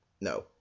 No